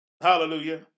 hallelujah